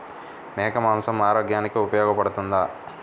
మేక మాంసం ఆరోగ్యానికి ఉపయోగపడుతుందా?